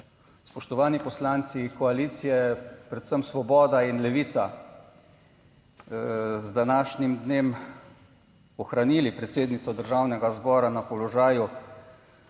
spoštovani poslanci koalicije, predvsem Svoboda in Levica, z današnjim dnem ohranili predsednico Državnega zbora na položaju,